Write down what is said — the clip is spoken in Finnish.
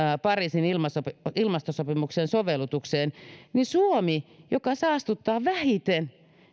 pariisin ilmastosopimuksen sovellutukseen niin suomella joka saastuttaa vähiten